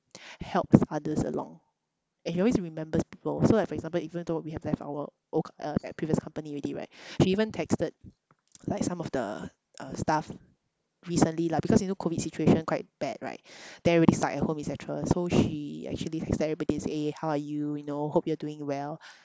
helps others along and she always remembers people so like for example even though we have left our old c~ uh previous company already right she even texted like some of the uh staff recently lah because you know COVID situation quite bad right then everybody stuck at home et cetera so she actually texted everybody and say eh how are you you know hope you're doing well